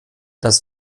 das